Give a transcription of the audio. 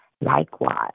Likewise